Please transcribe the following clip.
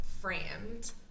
framed